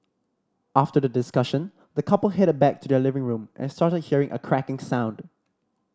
after the discussion the couple headed back to their living room and started hearing a cracking sound